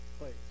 place